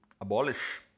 abolish